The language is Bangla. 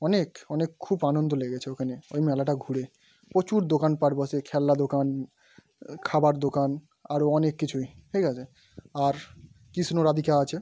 অনেক অনেক খুব আনন্দ লেগেছে ওখানে ওই মেলাটা ঘুরে প্রচুর দোকানপাট বসে খেলনা দোকান খাবার দোকান আরও অনেক কিছুই ঠিক আছে আর কৃষ্ণ রাধিকা আছে